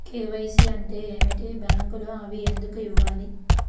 KYC అంటే ఏమిటి? బ్యాంకులో అవి ఎందుకు ఇవ్వాలి?